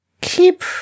keep